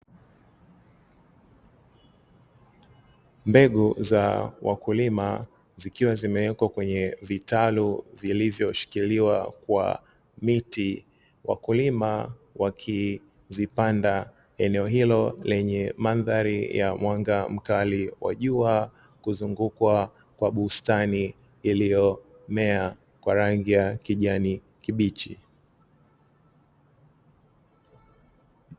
Mbegu za wakulima zikiwa zimewekwa kwenye vitalu vilivyoshikiliwa kwa miti, wakulima wakizipanda eneo hilo lenye mandhari ya mwanga mkali wa jua kuzungukwa kwa bustani iliyomea kwa rangi ya kijani kibichi.